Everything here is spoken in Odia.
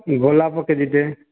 ଗୋଲାପ କେଜିଟେ